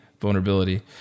vulnerability